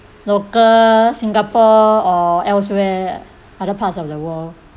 local singapore or elsewhere other parts of the world